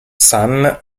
san